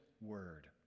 word